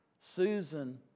Susan